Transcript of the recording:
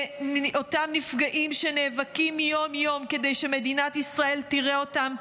נפגעים שנאבקים יום-יום כדי שמדינת ישראל תראה אותם,